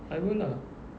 I will lah